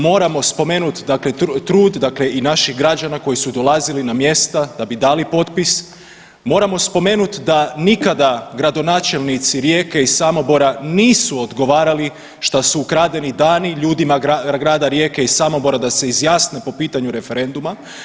Moramo spomenuti dakle trud dakle i naših građana koji su dolazili na mjesta da bi dali potpis, moramo spomenuti da nikada gradonačelnici Rijeke i Samobora nisu odgovarali što su ukradeni dani ljudima grada Rijeke i Samobora da se izjasne po pitanju referenduma.